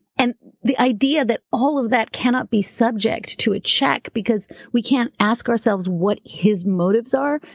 and the idea that all of that cannot be subject to a check because we can't ask ourselves what his motives are,